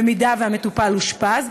במידה שהמטופל אושפז,